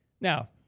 Now